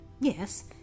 yes